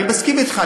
אני מסכים אתך,